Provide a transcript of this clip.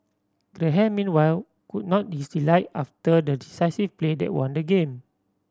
Graham meanwhile could not his delight after the decisive play that won the game